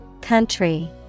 Country